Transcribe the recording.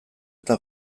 eta